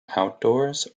outdoors